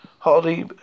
Hardly